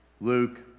Luke